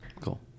Cool